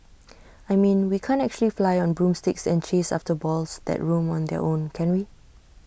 I mean we can't actually fly on broomsticks and chase after balls that roam on their own can we